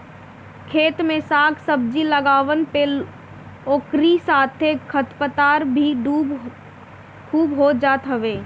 खेत में साग सब्जी लगवला पे ओकरी साथे खरपतवार भी खूब हो जात हवे